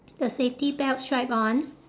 the safety belt strap on